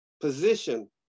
position